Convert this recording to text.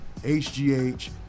HGH